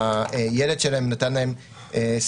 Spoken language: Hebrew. הילד שלהם נתן להם טלפון